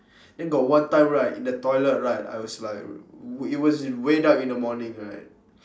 then got one time right in the toilet right I was like w~ it was way dark in the morning right